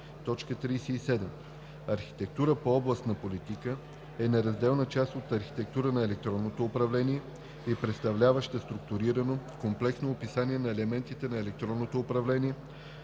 37. „Архитектура по област на политика“ е неразделна част от Архитектурата на електронното управление, представляваща структурирано, комплексно описание на елементите на електронното управление